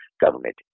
government